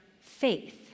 faith